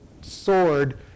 sword